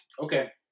Okay